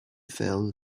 fell